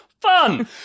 fun